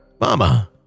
Mama